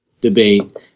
debate